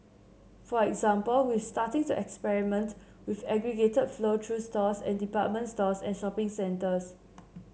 for example we starting to experiment with aggregated flow through stores and department stores and shopping centres